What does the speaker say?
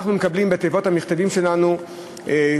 אנחנו מקבלים בתיבות המכתבים שלנו הודעה